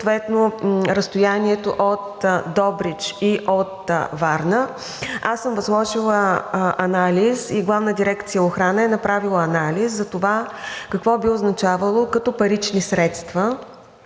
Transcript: съответно разстоянието от Добрич и от Варна, аз съм възложила анализ и Главна дирекция „Охрана“ е направила анализ за това какво би означавало като парични средства,